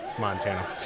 Montana